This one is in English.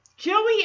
Joey